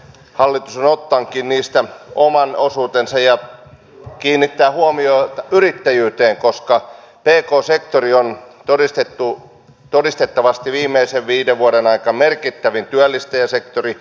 hallitus on ottanutkin niistä oman osuutensa ja kiinnittää huomiota yrittäjyyteen koska pk sektori on todistettavasti ollut viimeisen viiden vuoden aikana merkittävin työllistäjäsektori